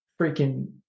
freaking